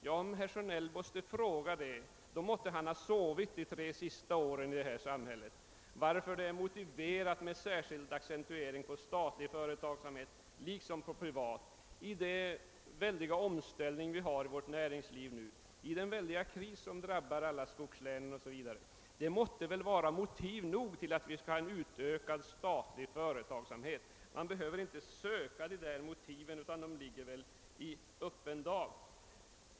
Ja, när herr Sjönell frågar det måste han ha sovit under de tre senaste åren. Det borde väl vara klart varför det är motiverat med en särskild accentuering av både statlig och privat företagsamhet i den mycket starka omställning inom vårt näringsliv som nu försiggår, i den hårda kris som nu drabbar skogslänen 0. s. v. Det måste vara motiv nog för en utökad statlig företagsamhet. Man behöver inte söka efter de motiven. De ligger i öppen dag.